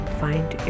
find